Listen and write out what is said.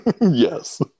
Yes